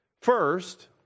First